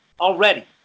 already